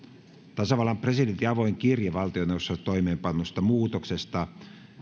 tasavallan presidentin avoin kirje valtioneuvostossa toimeenpannusta muutoksesta